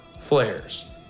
flares